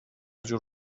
جور